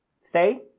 stay